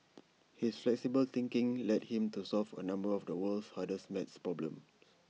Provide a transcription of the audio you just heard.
his flexible thinking led him to solve A number of the world's hardest math problems